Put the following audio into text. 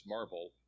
Marvel